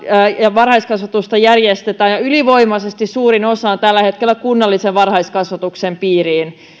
ja varhaiskasvatus järjestetään ja ylivoimaisesti suurin osa on tällä hetkellä kunnallisen varhaiskasvatuksen piirissä